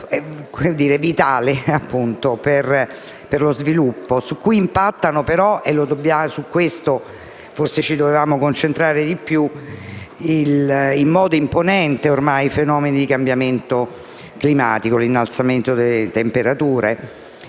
vitale per lo sviluppo, su cui impattano, però - su questo forse dovevamo concentrarci di più - in modo imponente ormai i fenomeni di cambiamento climatico, come l’innalzamento delle temperature.